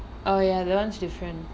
oh ya that [one] is different